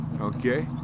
Okay